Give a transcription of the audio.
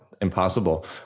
impossible